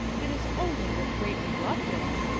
it is only with great reluctance,